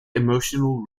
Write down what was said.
emotional